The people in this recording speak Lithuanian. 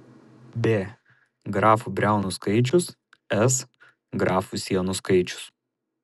b grafų briaunų skaičius s grafų sienų skaičius